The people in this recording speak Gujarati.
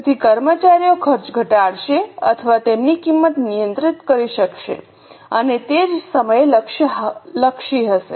તેથી કર્મચારીઓ ખર્ચ ઘટાડશે અથવા તેમની કિંમત નિયંત્રિત કરી શકશે અને તે જ સમયે લક્ષ્ય લક્ષી હશે